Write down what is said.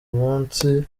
munsi